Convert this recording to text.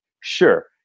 Sure